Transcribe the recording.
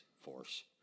Force